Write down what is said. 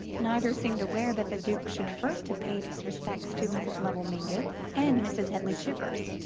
neither seemed aware that the duke should first have paid his respects to mrs. lovell mingott and mrs. headly chivers,